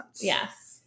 Yes